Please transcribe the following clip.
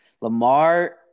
Lamar